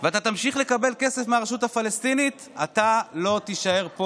וימשיך לקבל כסף מרשות הפלסטינית, לא יישאר פה.